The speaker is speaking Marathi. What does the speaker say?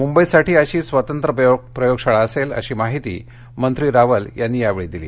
मुंबईसाठी अशी स्वतंत्र प्रयोगशाळा असेल अशी माहिती मंत्री रावल यांनी यावेळी दिली